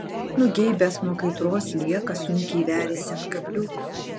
nugeibęs nuo kaitros sliekas sunkiai veriasi ant kabliuko